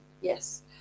yes